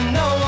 no